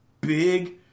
big